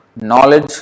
knowledge